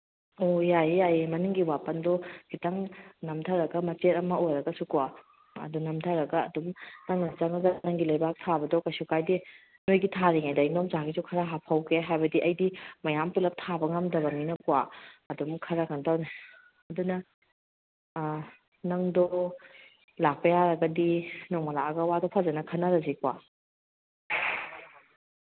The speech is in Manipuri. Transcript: ꯑꯣ ꯌꯥꯏꯌꯦ ꯌꯥꯏꯌꯦ ꯃꯅꯤꯡꯒꯤ ꯋꯥꯄꯟꯗꯣ ꯈꯤꯇꯪ ꯅꯝꯊꯔꯒ ꯃꯆꯦꯠ ꯑꯃ ꯑꯣꯏꯔꯒꯁꯨꯀꯣ ꯑꯗꯨ ꯅꯝꯊꯔꯒ ꯑꯗꯨꯝ ꯅꯪꯅ ꯆꯪꯉꯒ ꯅꯪꯒꯤ ꯂꯩꯕꯥꯛ ꯊꯥꯕꯗꯣ ꯀꯩꯁꯨ ꯀꯥꯏꯗꯦ ꯅꯣꯏꯒꯤ ꯊꯥꯔꯤꯉꯩꯗ ꯏꯟꯗꯣꯝꯆꯥꯒꯤꯁꯨ ꯈꯔ ꯍꯥꯞꯍꯧꯒꯦ ꯍꯥꯏꯕꯗꯤ ꯑꯩꯗꯤ ꯃꯌꯥꯝ ꯄꯨꯂꯞ ꯊꯥꯕ ꯉꯝꯗꯕꯅꯤꯅꯀꯣ ꯑꯗꯨꯝ ꯈꯔ ꯀꯩꯅꯣ ꯇꯧꯅꯤ ꯑꯗꯨꯅ ꯅꯪꯗꯣ ꯂꯥꯛꯄ ꯌꯥꯔꯒꯗꯤ ꯅꯣꯡꯃ ꯂꯥꯛꯑꯒ ꯋꯥꯗꯣ ꯐꯖꯅ ꯈꯟꯅꯔꯁꯤꯀꯣ